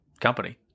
company